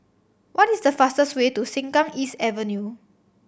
what is the fastest way to Sengkang East Avenue